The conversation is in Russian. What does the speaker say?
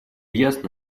ясно